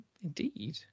Indeed